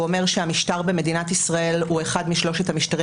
הוא אומר שהמשטר במדינת ישראל הוא אחד משלושת המשטרים